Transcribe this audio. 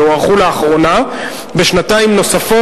שהוארכו לאחרונה בשנתיים נוספות,